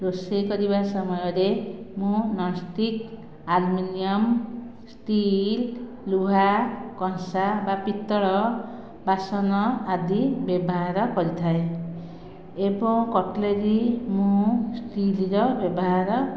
ରୋଷେଇ କରିବା ସମୟରେ ମୁଁ ନନ୍ଷ୍ଟିକ୍ ଆଲୁମିନିୟମ୍ ଷ୍ଟିଲ୍ ଲୁହା କଂସା ବା ପିତ୍ତଳ ବାସନ ଆଦି ବ୍ୟବହାର କରିଥାଏ ଏବଂ କଟ୍ଲେରୀ ମୁଁ ଷ୍ଟିଲ୍ର ବ୍ୟବହାର